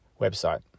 website